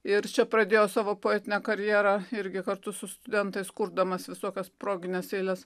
ir čia pradėjo savo poetinę karjerą irgi kartu su studentais kurdamas visokias progines eiles